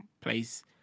place